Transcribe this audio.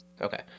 Okay